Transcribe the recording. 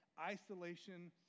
isolation